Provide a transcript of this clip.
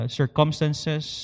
circumstances